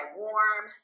warm